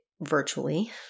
virtually